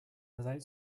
without